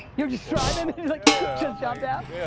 you were just driving? and like just jumped out? yeah.